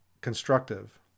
constructive